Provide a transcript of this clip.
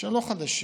שהם לא חדשים,